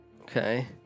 Okay